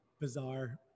bizarre